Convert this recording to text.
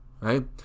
right